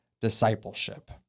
discipleship